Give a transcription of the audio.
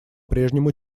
прежнему